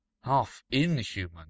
Half-inhuman